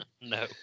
No